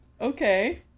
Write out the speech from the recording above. okay